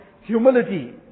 humility